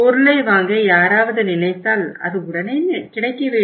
பொருளை வாங்க யாராவது நினைத்தால் அது உடனே கிடைக்கவேண்டும்